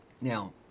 Now